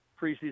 preseason